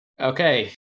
Okay